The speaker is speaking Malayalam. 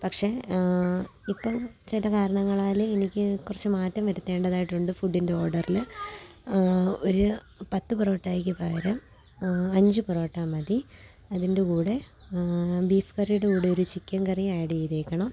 പക്ഷേ ഇപ്പം ചില കാരണങ്ങളാൽ എനിക്ക് കുറച്ച് മാറ്റം വരുത്തേണ്ടതായിട്ടുണ്ട് ഫുഡിൻ്റെ ഓഡറിൽ ഒര് പത്തു പൊറോട്ടായ്ക്ക് പകരം അഞ്ച് പൊറോട്ട മതി അതിൻ്റെ കൂടെ ബീഫ് കറിയുടെ കൂടെ ഒരു ചിക്കൻ കറിയും ആഡ്ഡ് ചെയ്തേക്കണം